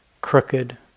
crooked